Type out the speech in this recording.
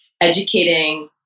educating